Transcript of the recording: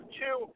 two